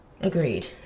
Agreed